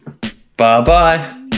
Bye-bye